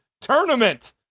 tournament